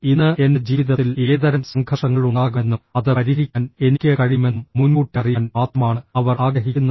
ഇന്ന് എന്റെ ജീവിതത്തിൽ ഏതുതരം സംഘർഷങ്ങൾ ഉണ്ടാകുമെന്നും അത് പരിഹരിക്കാൻ എനിക്ക് കഴിയുമെന്നും മുൻകൂട്ടി അറിയാൻ മാത്രമാണ് അവർ ആഗ്രഹിക്കുന്നത്